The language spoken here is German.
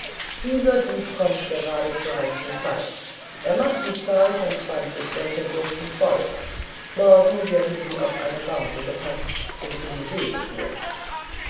dieser dieb kommt gerade zu rechter zeit er macht die zahl von zwanzig solcher bursche voll morgen werden sie auf eine barke gepackt und in die see geführt